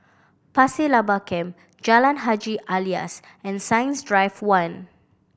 Pasir Laba Camp Jalan Haji Alias and Science Drive One